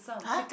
!huh!